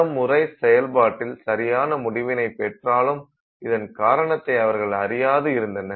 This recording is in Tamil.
பலமுறை செயல்பாட்டில் சரியான முடிவினை பெற்றாலும் இதன் காரணத்தை அவர்கள் அறியாது இருந்தனர்